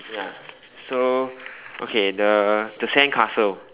ya so okay the the sandcastle